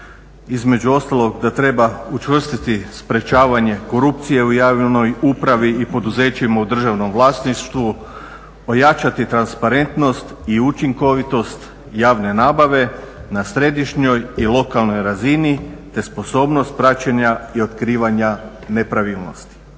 između ostalog da treba učvrstiti sprječavanje korupcije u javnoj upravi i poduzećima u državnom vlasništvu, ojačati transparentnost i učinkovitost javne nabave na središnjoj i lokalnoj razini te sposobnost praćenja i otkrivanja nepravilnosti.